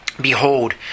Behold